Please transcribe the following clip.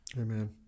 Amen